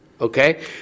Okay